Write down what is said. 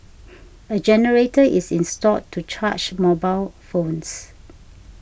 a generator is installed to charge mobile phones